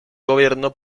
gobierno